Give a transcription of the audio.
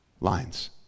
lines